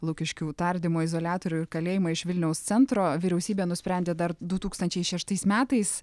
lukiškių tardymo izoliatorių ir kalėjimą iš vilniaus centro vyriausybė nusprendė dar du tūkstančiai šeštais metais